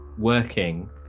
Working